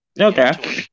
Okay